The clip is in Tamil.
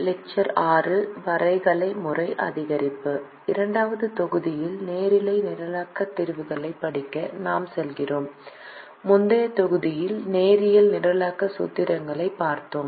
2 வது தொகுதியில் நேரியல் நிரலாக்க தீர்வுகளைப் படிக்க நாம் செல்கிறோம் முந்தைய தொகுதியில் நேரியல் நிரலாக்க சூத்திரங்களைப் பார்த்தோம்